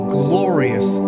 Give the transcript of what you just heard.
glorious